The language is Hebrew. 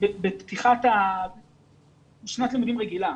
בפתיחת שנת לימודים רגילה,